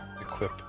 equip